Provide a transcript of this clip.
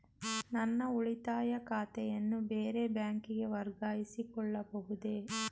ನನ್ನ ಉಳಿತಾಯ ಖಾತೆಯನ್ನು ಬೇರೆ ಬ್ಯಾಂಕಿಗೆ ವರ್ಗಾಯಿಸಿಕೊಳ್ಳಬಹುದೇ?